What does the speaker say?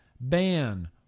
ban